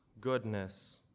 goodness